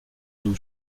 bains